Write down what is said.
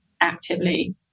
actively